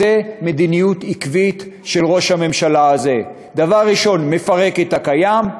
זו מדיניות עקבית של ראש הממשלה הזה: דבר ראשון מפרק את הקיים,